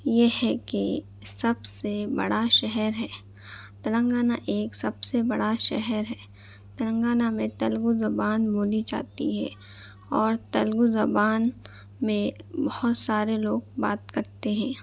یہ ہے کہ سب سے بڑا شہر ہے تلنگانہ ایک سب سے بڑا شہر ہے تلنگانہ میں تلگو زبان بولی جاتی ہے اور تلگو زبان میں بہت سارے لوگ بات کرتے ہیں